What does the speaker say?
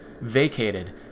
vacated